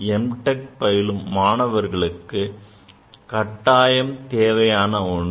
Tech பயிலும் மாணவர்களுக்கு கட்டாயம் தேவையான ஒன்று